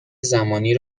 زمانی